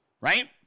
right